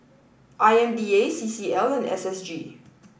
I M D A C C L and S S G